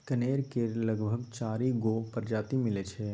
कनेर केर लगभग चारि गो परजाती मिलै छै